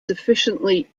sufficiently